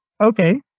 okay